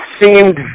seemed